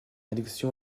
réduction